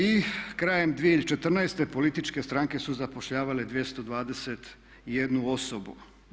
I krajem 2014. političke stranke su zapošljavale 221 osobu.